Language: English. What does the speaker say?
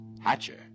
Hatcher